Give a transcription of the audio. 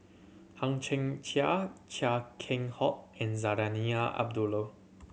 Hang Chang Chieh Chia Keng Hock and Zarinah Abdullah